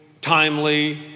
timely